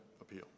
appeal